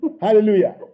Hallelujah